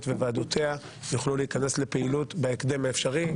וועדותיה יוכלו להיכנס לפעילות בהקדם האפשרי.